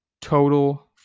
total